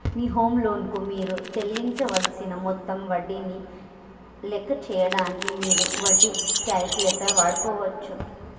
మీ home loan కు మీరు చెల్లించవలసిన మొత్తం వడ్డీని లెక్క చేయడానికి మీరు వడ్డీ క్యాలిక్యులేటర్ వాడుకోవచ్చు